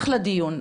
אחלה דיון,